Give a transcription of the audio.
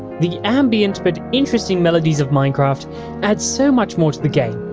the ambient but interesting melodies of minecraft add so much more to the game,